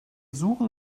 suchen